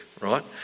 right